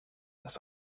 das